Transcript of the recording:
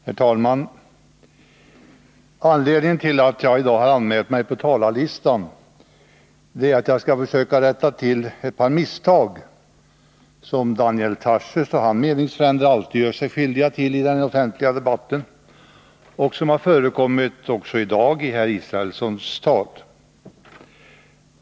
Herr talman! Anledningen till att jag i dag har anmält mig på talarlistan är att jag skall försöka rätta till ett par misstag som Daniel Tarschys och hans meningsfränder alltid gör sig skyldiga till i den offentliga debatten — och som har förekommit också i dag i Per Israelssons tal.